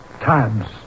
times